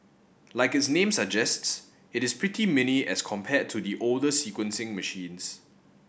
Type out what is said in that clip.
like its name suggests it is pretty mini as compared to the older sequencing machines